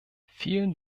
vielen